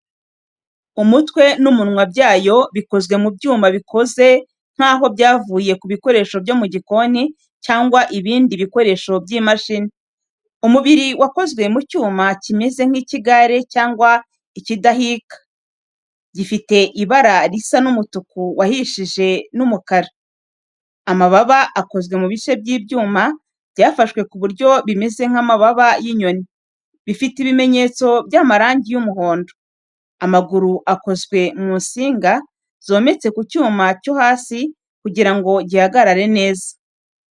Umutwe n’umunwa byayo bikozwe mu byuma bikoze nkaho byavuye ku bikoresho byo mu gikoni cyangwa ibindi bikoresho by’imashini. Umubiri wakozwe mu cyuma kimeze nk’icy’igare cyangwa ikidahika, gifite ibara risa n’umutuku wahishije n’umukara. Amababa akozwe mu bice by’icyuma byafashwe ku buryo bimeze nk’amababa y’inyoni, bifite ibimenyetso by’amarangi y’umuhondo. Amaguru akozwe mu nsinga zometse ku cyuma cyo hasi kugira ngo gihagarare neza.